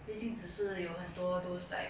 最近只是有很多 those like